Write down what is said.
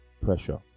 pressure